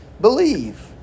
Believe